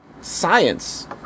science